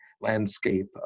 landscape